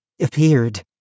appeared